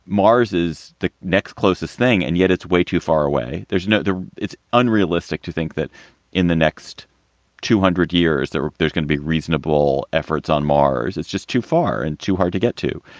mars is the next closest thing, and yet it's way too far away. there's no it's unrealistic to think that in the next two hundred years that there's going to be reasonable efforts on mars. it's just too far and too hard to get to.